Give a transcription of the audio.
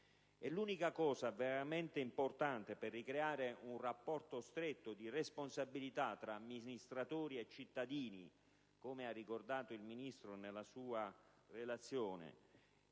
E l'unica cosa veramente importante per ricreare un rapporto stretto di responsabilità tra amministratori e cittadini (come ha ricordato il Ministro nella sua relazione),